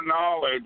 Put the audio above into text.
knowledge